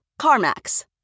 CarMax